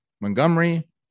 Montgomery